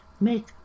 make